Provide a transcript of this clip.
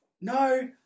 No